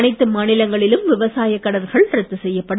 அனைத்து மாநிலங்களிலும் விவசாயக் கடன்கள் ரத்து செய்யப்படும்